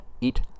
eat